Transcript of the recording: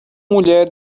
mulher